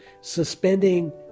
suspending